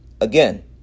Again